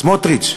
סמוטריץ,